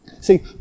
See